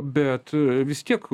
bet vis tiek